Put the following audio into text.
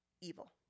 evil